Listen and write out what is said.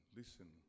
listen